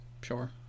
sure